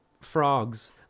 frogs